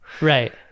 Right